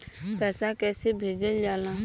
पैसा कैसे भेजल जाला?